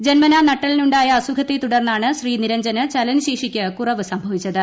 ജന്മനാ നട്ടെല്ലിനുണ്ടായ അസുഖത്തെ തുടർന്നാണ് ശ്രീ നിരഞ്ജന് ചലനശേഷിക്ക് കുറവ് സംഭവിച്ചത്